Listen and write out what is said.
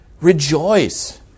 Rejoice